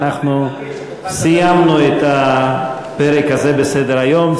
אנחנו סיימנו את הפרק הזה בסדר-היום,